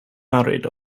married